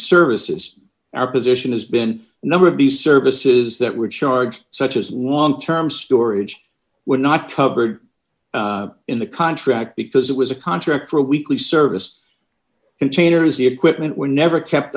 services our position has been a number of these services that were charged such as long term storage were not covered in the contract because it was a contract for a weekly service containers the equipment were never kept